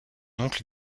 oncle